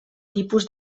tipus